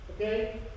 okay